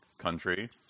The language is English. country